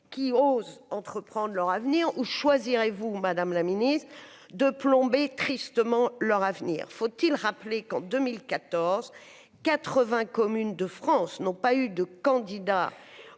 qui ose entreprendre leur avenir ou choisirez-vous Madame la Ministre de plomber tristement leur avenir, faut-il rappeler qu'en 2014 80 communes de France n'ont pas eu de candidat